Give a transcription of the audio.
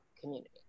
community